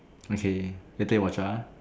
okay later you watch her ah